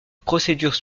procédures